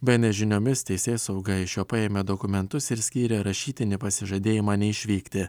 be en es žiniomis teisėsauga iš jo paėmė dokumentus ir skyrė rašytinį pasižadėjimą neišvykti